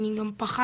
אני גם פחדתי